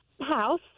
house